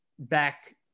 back